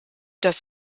das